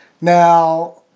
Now